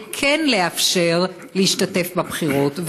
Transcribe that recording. ולאפשר להשתתף בבחירות,